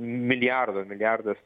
milijardo milijardas